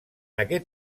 aquest